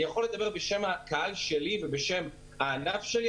אני יכול לדבר בשם הקהל והענף שלי.